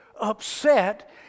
upset